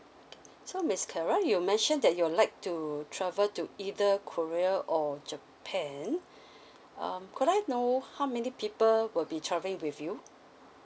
so miss clara you mentioned that you would like to travel to either korea or japan um could I know how many people will be travelling with you